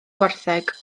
gwartheg